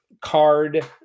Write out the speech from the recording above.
card